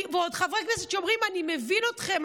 ועוד חברי כנסת אומרים: אני מבין אתכם,